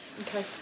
okay